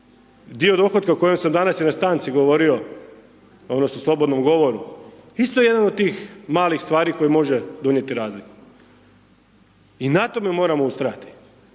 dio dohotka o kojem sam danas i na stanci govorio odnosno u slobodnom govoru isto je jedan od tih malih stvari koji može donijeti razliku. I na tome moramo ustrajati,